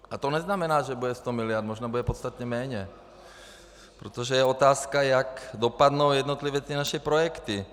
A to neznamená, že bude 100 mld., možná bude podstatně méně, protože je otázka, jak dopadnou ty naše jednotlivé projekty.